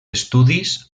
estudis